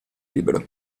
libero